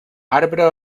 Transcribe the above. arbre